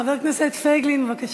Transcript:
חבר הכנסת פייגלין, בבקשה.